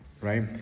right